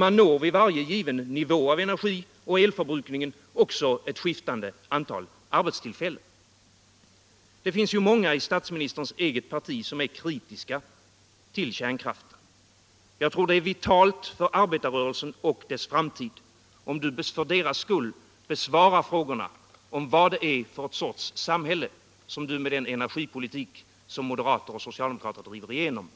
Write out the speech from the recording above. Man når i varje given nivå av energioch elförbrukningen också ett skiftande antal arbetstillfällen. Det finns ju många i statsministerns eget parti som är kritiska till kärnkraften. Jag tror att det är vitalt för arbetarrörelsen och dess framtid att statsministern för deras skull besvarar frågorna om vad det är för sorts samhälle som han med den politik socialdemokrater och moderater driver igenom